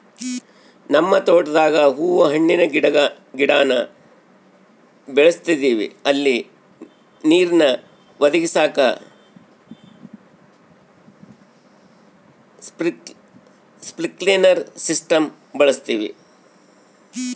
ನಮ್ ತೋಟುದಾಗ ಹೂವು ಹಣ್ಣಿನ್ ಗಿಡಾನ ಬೆಳುಸ್ತದಿವಿ ಅಲ್ಲಿ ನೀರ್ನ ಒದಗಿಸಾಕ ಸ್ಪ್ರಿನ್ಕ್ಲೆರ್ ಸಿಸ್ಟಮ್ನ ಬಳುಸ್ತೀವಿ